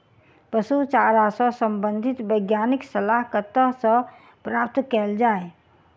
पशु चारा सऽ संबंधित वैज्ञानिक सलाह कतह सऽ प्राप्त कैल जाय?